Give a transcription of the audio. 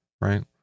Right